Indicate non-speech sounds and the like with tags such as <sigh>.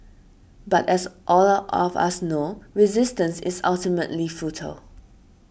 but as all <unintelligible> of us know resistance is ultimately futile